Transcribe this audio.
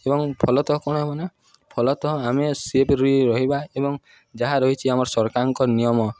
ଏବଂ ଫଳତଃ କ'ଣ ହେବ ନା ଫଳତଃ ଆମେ ସେଫ୍ରେ ରହିବା ଏବଂ ଯାହା ରହିଛି ଆମର ସରକାରଙ୍କ ନିୟମ